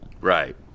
Right